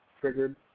triggered